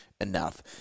enough